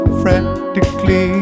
frantically